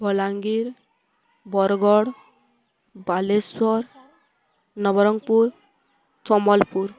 Balangir Bargarh Baleshwar Nabarangpur Sambalpur